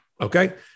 Okay